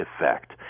effect